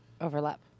Overlap